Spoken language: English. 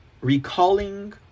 recalling